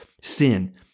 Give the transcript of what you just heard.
sin